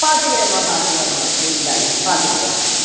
பார்த்துக்கிறேம்மா பார்த்துக்கிறேம்மா கோயில் தான பார்த்துக்கிறேன் ஆ